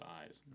eyes